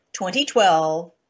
2012